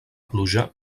pluja